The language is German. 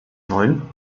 neun